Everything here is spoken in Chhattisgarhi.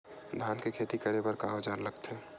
धान के खेती करे बर का औजार लगथे?